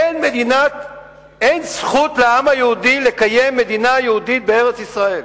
אין זכות לעם היהודי לקיים מדינה יהודית בארץ-ישראל,